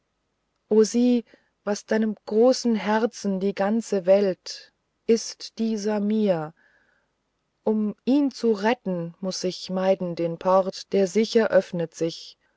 o sieh was deinem großen herzen die ganze welt ist dieser mir um ihn zu retten muß ich meiden den port der sicher öffnet sich